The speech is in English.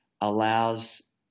allows